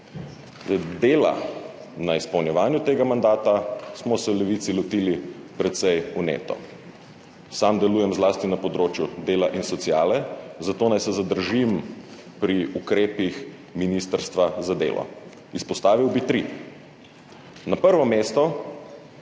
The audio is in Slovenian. Dela na izpolnjevanju tega mandata smo se v Levici lotili precej vneto. Sam delujem zlasti na področju dela in sociale, zato naj se zadržim pri ukrepih ministrstva za delo. Izpostavil bi 3. Na prvo mesto